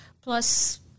plus